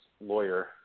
lawyer